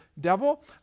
devil